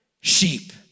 sheep